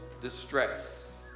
distress